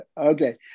Okay